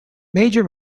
major